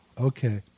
Okay